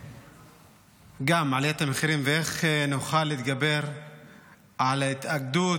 עליית המחירים ואיך נוכל להתגבר על ההתאגדות